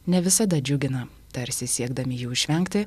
ne visada džiugina tarsi siekdami jų išvengti